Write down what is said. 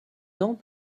dents